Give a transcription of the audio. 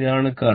ഇതാണ് കറന്റ്